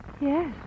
Yes